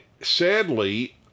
Sadly